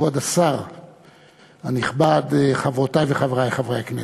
כבוד השר הנכבד, חברותי וחברי חברי הכנסת,